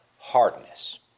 Hardness